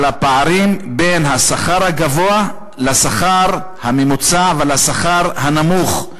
על הפערים בין השכר הגבוה לשכר הממוצע ולשכר הנמוך.